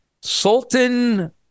Sultan